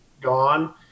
gone